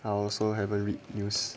I also haven't read news